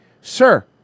sir